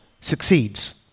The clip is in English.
succeeds